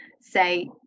say